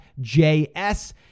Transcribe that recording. JS